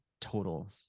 total